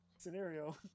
scenario